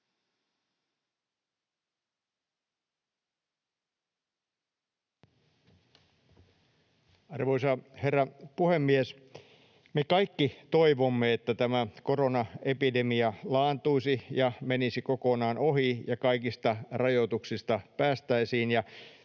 Arvoisa herra puhemies! Me kaikki toivomme, että tämä koronaepidemia laantuisi ja menisi kokonaan ohi ja kaikista rajoituksista päästäisiin